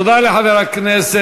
תודה לחבר הכנסת